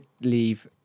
leave